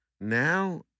Now